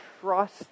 trust